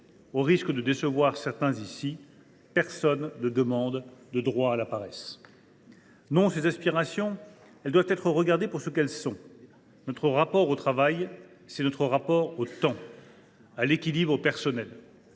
Au risque de décevoir certains ici, personne ne demande de “droit à la paresse”. « Non, ces aspirations doivent être considérées pour ce qu’elles sont : notre rapport au travail, c’est notre rapport au temps et à l’équilibre personnel.